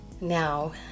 Now